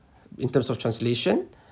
in terms of translation